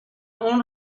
اون